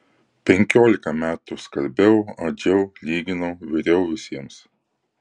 penkiolika metų skalbiau adžiau lyginau viriau visiems